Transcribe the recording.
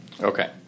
Okay